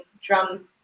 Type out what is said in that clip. drum